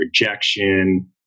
rejection